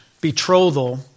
betrothal